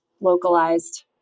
localized